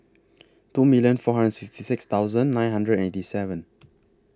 two million four hundred and sixty six thousand nine hundred and eighty seven